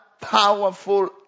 powerful